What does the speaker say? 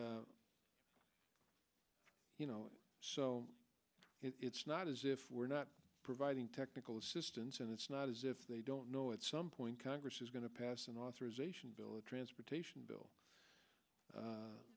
you know so it's not as if we're not providing technical assistance and it's not as if they don't know at some point congress is going to pass an authorization bill a transportation bill